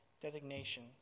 designation